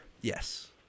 Yes